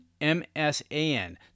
MSAN